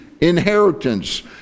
inheritance